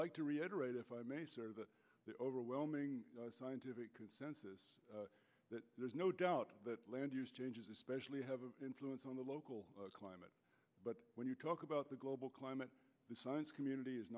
like to reiterate if i may sir that the overwhelming scientific consensus that there's no doubt that land use changes especially have an influence on the local climate but when you talk about the global climate the science community is